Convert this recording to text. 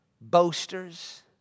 boasters